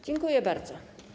Dziękuję bardzo.